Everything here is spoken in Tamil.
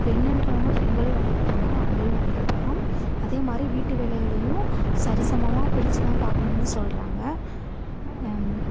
பெண்ணுகிறவுங்க பெண்களும் வேலைக்கு போகலாம் ஆண்களும் வேலைக்கு போகலாம் அதே மாதிரி வீட்டு வேலைகளையும் சரிசமமாக பிரித்து தான் பார்க்கணும்னு சொல்கிறாங்க